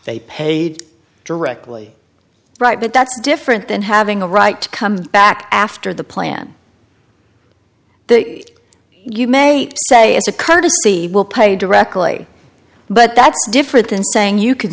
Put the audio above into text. they paid directly right but that's different than having a right to come back after the plan that you may say as a courtesy will pay directly but that's different than saying you can